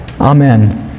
Amen